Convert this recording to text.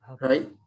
right